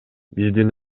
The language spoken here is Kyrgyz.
биздин